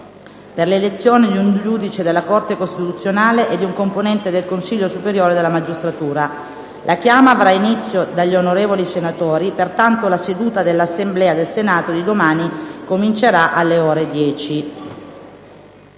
per l'elezione di un giudice della Corte costituzionale e di un componente del Consiglio superiore della magistratura. La chiama avrà inizio dagli onorevoli senatori. Pertanto, la seduta dell'Assemblea del Senato di domani comincerà alle ore 10.